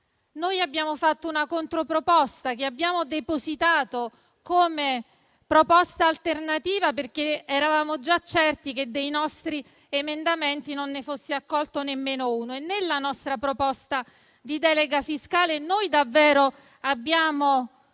Noi abbiamo fatto una controproposta, che abbiamo depositato come proposta alternativa, perché eravamo già certi che dei nostri emendamenti non ne sarebbe stato accolto nemmeno uno. Nella nostra proposta di delega fiscale abbiamo